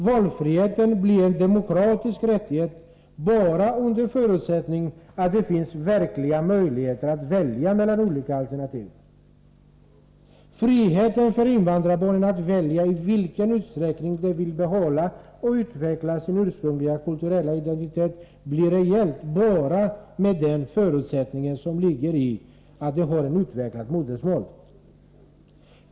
Valfriheten blir en demokratisk rättighet bara under förutsättning av att det finns verkliga möjligheter att välja mellan olika alternativ. Friheten för invandrarbarnen att välja i vilken utsträckning de vill behålla och utveckla sin ursprungliga kulturella identitet blir reell bara med den nödvändiga förutsättning som ligger i att ha ett utvecklat modersmål.